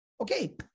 Okay